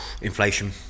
Inflation